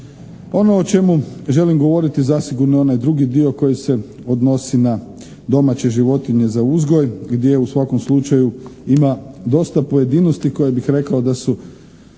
Ono o čemu želim govoriti zasigurno je onaj drugi dio koji se odnosi na domaće životinje za uzgoj gdje u svakom slučaju ima dosta pojedinosti koje bih rekao da su